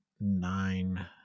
nine